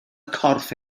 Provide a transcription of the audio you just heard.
corff